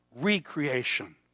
recreation